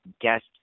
guest